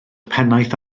pennaeth